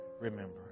remember